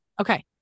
Okay